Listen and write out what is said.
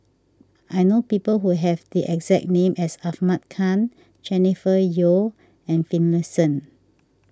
I know people who have the exact name as Ahmad Khan Jennifer Yeo and Finlayson